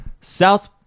South